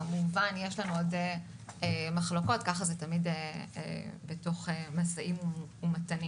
כמובן יש עוד מחלוקות וככה זה תמיד במשא ומתן.